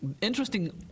Interesting